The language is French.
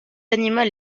animal